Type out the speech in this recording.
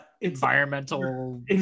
Environmental